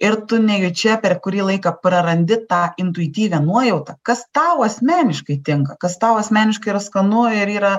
ir tu nejučia per kurį laiką prarandi tą intuityvią nuojautą kas tau asmeniškai tinka kas tau asmeniškai yra skanu ir yra